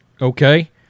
Okay